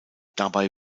dabei